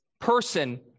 person